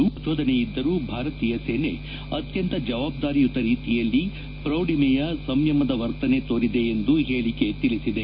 ಎಷ್ಷೇ ಪ್ರಚೋದನೆಯಿದ್ದರೂ ಭಾರತೀಯ ಸೇನೆ ಅತ್ಯಂತ ಜವಾಬ್ದಾರಿಯುತ ರೀತಿಯಲ್ಲಿ ಪ್ರೌಢಿಮೆಯ ಸಂಯಮದ ವರ್ತನೆ ತೋರಿದೆ ಎಂದು ಹೇಳಕೆ ತಿಳಿಸಿದೆ